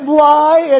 lie